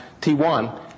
T1